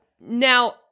now